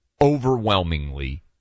overwhelmingly